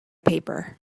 paper